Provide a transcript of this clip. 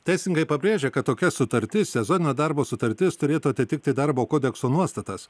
teisininkai pabrėžia kad tokia sutartis sezoninio darbo sutartis turėtų atitikti darbo kodekso nuostatas